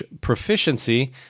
proficiency